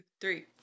three